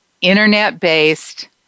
internet-based